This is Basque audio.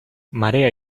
marea